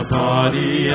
body